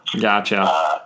Gotcha